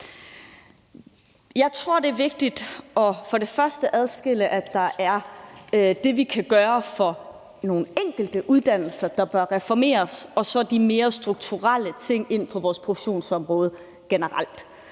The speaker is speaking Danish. Jeg tror, det er vigtigt for det første at adskille, at der er det, vi kan gøre for nogle enkelte uddannelser, der bør reformeres, og så er der de mere strukturelle ting inden for vores professionsområde generelt.